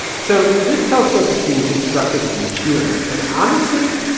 so this telescope is being constructed in chile. and honestly,